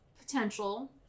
potential